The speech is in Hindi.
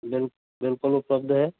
बिल्कुल उपलब्ध है